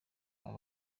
aba